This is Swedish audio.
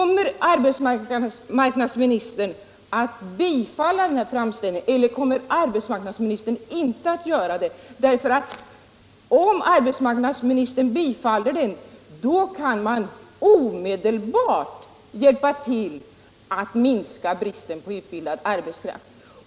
Kommer arbetsmarknadsministern att bifalla den här framställningen eller inte? Om arbetsmarknadsministern gör det kan man omedelbart hjälpa till att minska bristen på utbildad arbetskraft.